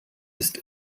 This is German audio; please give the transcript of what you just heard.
ist